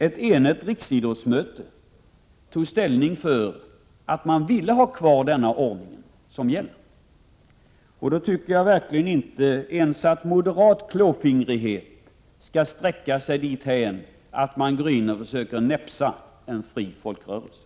Ett enigt riksidrottsmöte tog ställning för att man ville ha kvar den ordning som gäller. Då tycker jag verkligen att inte ens moderat klåfingrighet skall sträcka sig dithän att man går in och försöker näpsa en fri folkrörelse.